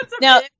Now